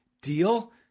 Deal